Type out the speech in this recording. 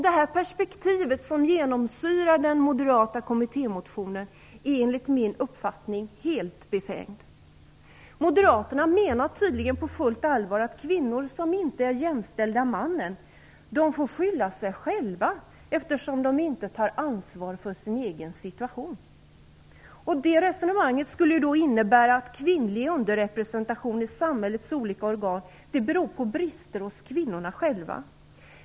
Det perspektiv som genomsyrar den moderata kommittiémotionen är enligt min uppfattning helt befängt. Moderaterna menar tydligen på fullt allvar att kvinnor som inte är jämställda mannen får skylla sig själva eftersom de inte tar ansvar för sin egen situation. Det resonemanget skulle innebära att kvinnlig underrepresentation i samhällets olika organ beror på briser hos kvinnorna själva.